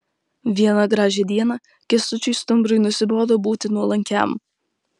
vieną gražią dieną kęstučiui stumbrui nusibodo būti nuolankiam